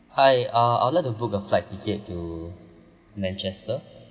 hi uh I would like to book a flight ticket to manchester